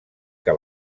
que